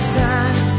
time